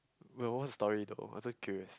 well what's the story though I just curious